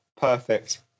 Perfect